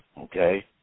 okay